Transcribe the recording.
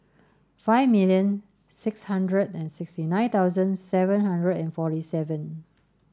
five million six hundred and sixty nine thousand seven hundred and forty seven